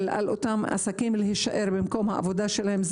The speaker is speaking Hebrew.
על אותם עסקים להישאר במקום העבודה שלהם.